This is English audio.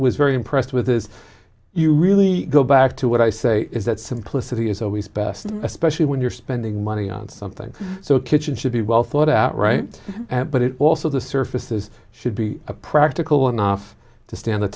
was very impressed with is you really go back to what i say is that simplicity is always best especially when you're spending money on something so a kitchen should be well thought out right but it also the surfaces should be practical enough to stand the